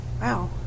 Wow